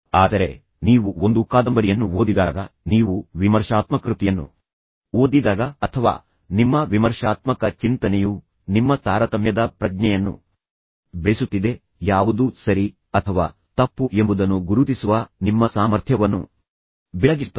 ಆದರೆ ನೀವು ಒಂದು ಕಾದಂಬರಿಯನ್ನು ಓದಿದಾಗ ನೀವು ವಿಮರ್ಶಾತ್ಮಕ ಕೃತಿಯನ್ನು ಓದಿದಾಗ ಅಥವಾ ನಿಮ್ಮ ವಿಮರ್ಶಾತ್ಮಕ ಚಿಂತನೆಯು ನಿಮ್ಮ ತಾರತಮ್ಯದ ಪ್ರಜ್ಞೆಯನ್ನು ಬೆಳೆಸುತ್ತಿದೆ ಯಾವುದು ಸರಿ ಅಥವಾ ತಪ್ಪು ಎಂಬುದನ್ನು ಗುರುತಿಸುವ ನಿಮ್ಮ ಸಾಮರ್ಥ್ಯವನ್ನು ಪ್ರಚೋದಿಸಲು ಪ್ರಯತ್ನಿಸುವ ವಿಷಯವನ್ನು ಓದಿದಾಗ ಅದು ನಿಮ್ಮ ಕಲ್ಪನೆಯನ್ನು ಬೆಳಗಿಸುತ್ತದೆ